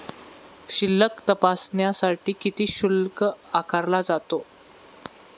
शिल्लक तपासण्यासाठी किती शुल्क आकारला जातो?